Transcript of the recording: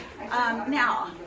Now